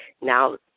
now